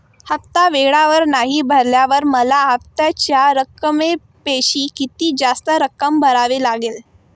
हफ्ता वेळेवर नाही भरल्यावर मला हप्त्याच्या रकमेपेक्षा किती जास्त रक्कम भरावी लागेल?